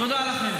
תודה לכם.